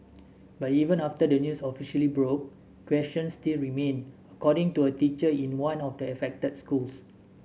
but even after the news officially broke questions still remain according to a teacher in one of the affected schools